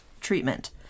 treatment